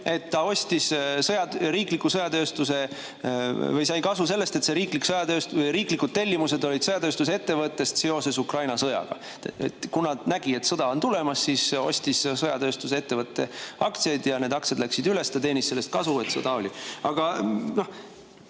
et ta ostis riikliku sõjatööstuse … Ta sai kasu sellest, et riiklikud tellimused [tehti] sõjatööstuse ettevõttest seoses Ukraina sõjaga. Kuna ta nägi, et sõda on tulemas, ostis ta sõjatööstusettevõtte aktsiaid ja nende aktsiate [hind] läks üles. Ta teenis sellest kasu, et sõda oli.